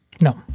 No